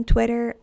Twitter